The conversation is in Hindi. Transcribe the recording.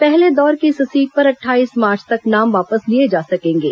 पहले दौर की इस सीट पर अट्ठाईस मार्च तक नाम वापस लिए जा सकेंगे